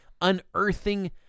unearthing